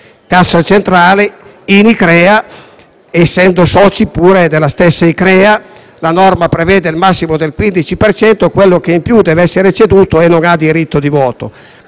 Cassa Centrale in ICCREA, essendo soci pure della stessa ICCREA. La norma prevede il massimo del 15 per cento; quello che è in più deve essere ceduto e non ha diritto di voto.